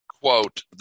quote